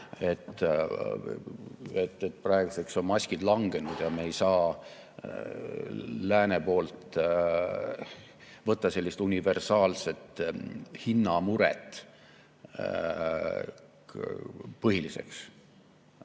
et praeguseks on maskid langenud ja me ei saa läänes võtta sellist universaalset hinnamuret põhiliseks,